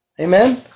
Amen